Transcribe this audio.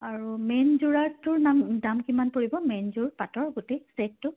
আৰু মেইন যোৰাটোৰ নাম দাম কিমান পৰিব মেইনযোৰ পাটৰ গোটেই ছেটটো